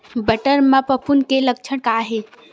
बटर म फफूंद के लक्षण का हे?